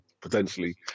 potentially